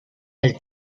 del